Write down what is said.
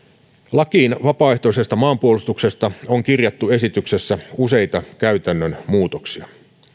lakiin vapaaehtoisesta maanpuolustuksesta on kirjattu esityksessä useita käytännön muutoksia